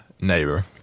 neighbor